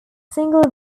single